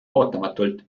ootamatult